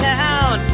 town